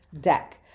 deck